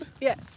yes